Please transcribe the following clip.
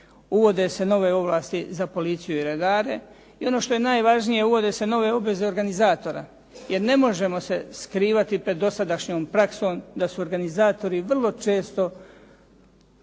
Uvode se nove ovlasti za policiju i redare i ono što je najvažnije, uvode se nove obveze organizatora. Jer, ne možemo se skrivati pred dosadašnjom praksom da su organizatori vrlo često ne